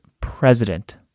president